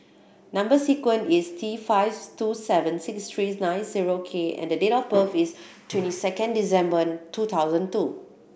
number sequence is T five two seven six three nine zero K and the date of birth is twenty second December two thousand two